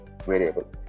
variable